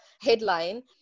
headline